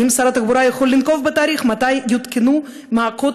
האם שר התחבורה יכול לנקוב בתאריך מתי יותקנו מעקות